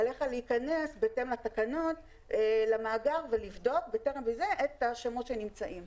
עליך להיכנס בהתאם לתקנות למאגר ולבדוק בטרם את השמות שנמצאים.